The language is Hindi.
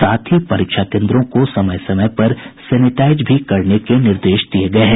साथ ही परीक्षा केन्द्रों को समय समय पर सेनेटाईज भी करने के निर्देश दिये गये हैं